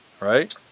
right